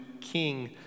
King